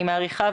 אני מעריכה.